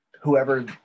whoever